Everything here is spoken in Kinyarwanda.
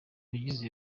bigize